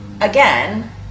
again